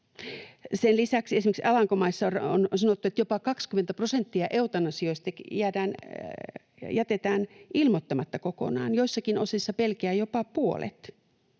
Sen lisäksi esimerkiksi Alankomaissa on sanottu, että jopa 20 prosenttia eutanasioista jätetään ilmoittamatta kokonaan, joissakin osissa Belgiaa jopa puolet.